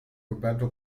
roberto